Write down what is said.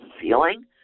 feeling